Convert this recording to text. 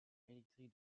électrique